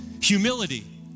humility